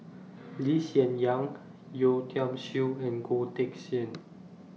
Lee Hsien Yang Yeo Tiam Siew and Goh Teck Sian